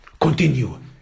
continue